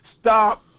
stop